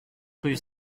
rue